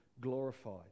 glorified